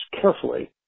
carefully